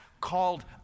called